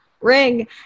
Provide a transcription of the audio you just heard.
ring